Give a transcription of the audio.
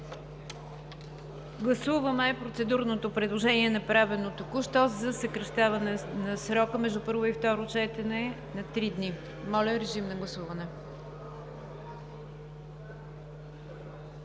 Гласуваме процедурното предложение, направено току-що, за съкращаване на срока между първо и второ четене на три дни. Гласували